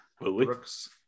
Brooks